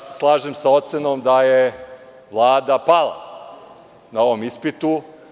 Slažem se sa ocenom da je Vlada pala na ovom ispitu.